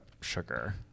sugar